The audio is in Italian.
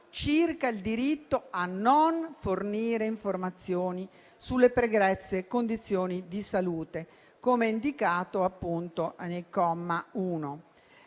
circa il diritto a non fornire informazioni sulle pregresse condizioni di salute, come indicato nel comma 1.